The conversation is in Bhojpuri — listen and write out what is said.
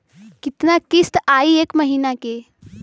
कितना किस्त आई एक महीना के?